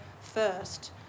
first